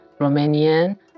Romanian